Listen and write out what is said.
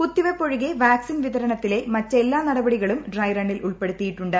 കുത്തിവെപ്പൊഴികെ vaccine വിതരണത്തിലെ മറ്റെല്ലാ നടപടികളും ഡ്രൈറണ്ണിലുൾപ്പെടുത്തിയിട്ടുണ്ട്